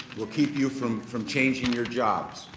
will keep you from from changing your jobs,